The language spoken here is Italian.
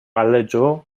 aleggiò